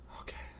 Okay